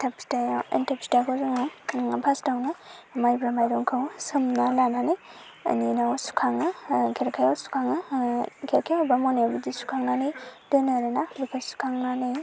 एनथाब फिथाया एनथाब फिथाखौ जोङो पास्ट आवनो माइब्रा माइरंखौ सोमना लानानै बेनि उनाव सुखाङो खेरखायाव सुखाङो खेरखा एबा मनायाव बिद सुखांनानै दोनो आरो ना बेखौ सुखांनानै